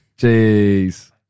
jeez